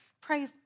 pray